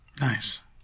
Nice